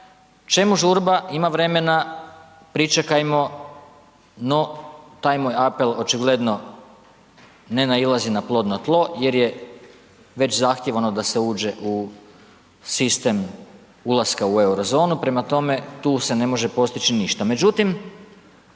čemu žurba, ima vremena, pričekajmo, no taj moj apel očigledno ne nailazi na plodno tlo jer je već zahtjev ono da se uđe u sistem ulaska u euro zonu, prema tome tu se ne može postići ništa.